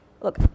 look